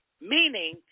meaning